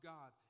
God